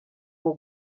nko